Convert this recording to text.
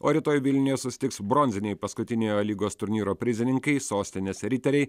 o rytoj vilniuje susitiks bronziniai paskutiniojo a lygos turnyro prizininkai sostinės riteriai